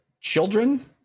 children